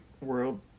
world